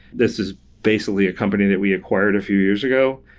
this is basically a company that we acquired a few years ago,